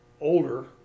older